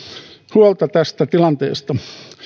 huolta tästä tilanteesta